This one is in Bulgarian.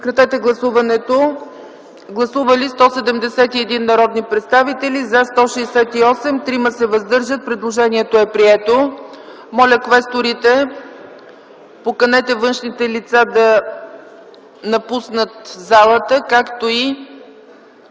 Моля, гласувайте. Гласували 171 народни представители: за 168, против няма, въздържали се 3. Предложението е прието. Моля, квесторите, поканете външните лица да напуснат залата, както и